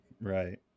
right